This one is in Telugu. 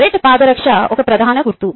రెడ్ పాదరక్ష ఒక ప్రధాన గుర్తు